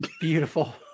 Beautiful